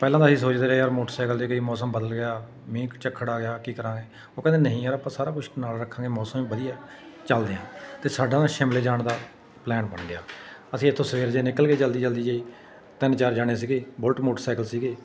ਪਹਿਲਾਂ ਤਾਂ ਅਸੀਂ ਸੋਚਦੇ ਰਹੇ ਯਾਰ ਮੋਟਰਸਾਈਕਲ 'ਤੇ ਕਈ ਮੌਸਮ ਬਦਲ ਗਿਆ ਮੀਂਹ ਝੱਖੜ ਆ ਗਿਆ ਕੀ ਕਰਾਂਗੇ ਉਹ ਕਹਿੰਦੇ ਨਹੀਂ ਯਾਰ ਆਪਾਂ ਸਾਰਾ ਕੁਛ ਨਾਲ ਰੱਖਾਂਗੇ ਮੌਸਮ ਵੀ ਵਧੀਆ ਚਲਦੇ ਹਾਂ ਅਤੇ ਸਾਡਾ ਨਾ ਸ਼ਿਮਲੇ ਜਾਣ ਦਾ ਪਲੈਨ ਬਣ ਗਿਆ ਅਸੀਂ ਇੱਥੋਂ ਸਵੇਰ ਦੇ ਨਿਕਲ ਗਏ ਜਲਦੀ ਜਲਦੀ 'ਚ ਤਿੰਨ ਚਾਰ ਜਾਣੇ ਸੀਗੇ ਬੁਲਟ ਮੋਟਰਸਾਈਕਲ ਸੀਗੇ